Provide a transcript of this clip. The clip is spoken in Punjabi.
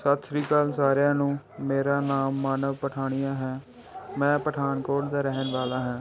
ਸਤਿ ਸ਼੍ਰੀ ਅਕਾਲ ਸਾਰਿਆਂ ਨੂੰ ਮੇਰਾ ਨਾਮ ਮਾਨਵ ਪਠਾਣੀਆ ਹੈ ਮੈਂ ਪਠਾਨਕੋਟ ਦਾ ਰਹਿਣ ਵਾਲਾ ਹਾਂ